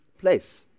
place